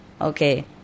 Okay